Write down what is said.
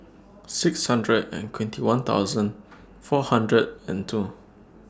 six hundred and twenty one thousand four hundred and two